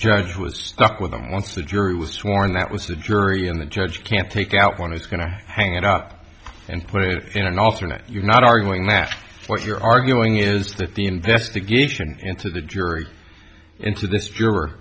judge was stuck with them once the jury was sworn that was the jury and the judge can take out one it's going to hang it up and put it in an alternate you're not arguing that what you're arguing is that the investigation into the jury into th